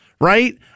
right